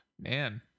Man